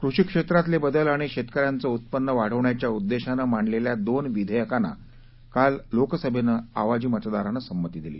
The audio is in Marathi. कृषी क्षेत्रातले बदल आणि शेतकऱ्यांचं उत्पन्न वाढवण्याच्या उद्देशानं मांडलेल्या दोन विधेयकांना काल लोकसभेनं आवाजी मतदानानं संमती दिली